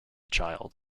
child